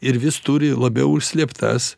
ir vis turi labiau užslėptas